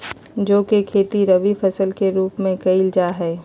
जौ के खेती रवि फसल के रूप में कइल जा हई